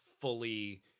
fully